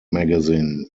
magazine